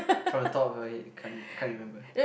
from the top of your head you can't can't remember ah